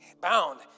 bound